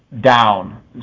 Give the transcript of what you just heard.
down